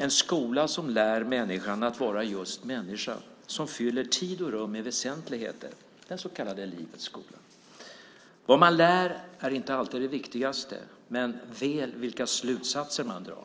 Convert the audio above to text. en skola som lär människan att vara just människa, som fyller tid och rum med väsentligheter, den så kallade livets skola. Vad man lär är inte alltid det viktigaste, men väl vilka slutsatser man drar.